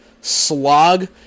slog